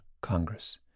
Congress